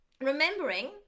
Remembering